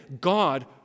God